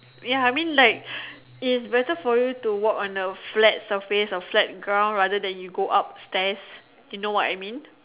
ya I mean like it is better for you to walk on a flat surface or flat ground rather then you go up stairs you know what I mean